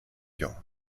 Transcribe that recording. jung